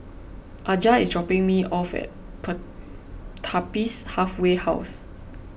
Aja is dropping me off at Pertapis Halfway House